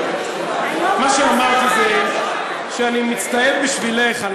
מה שאמרתי זה שאני מצטער בשבילך על